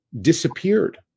disappeared